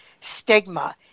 Stigma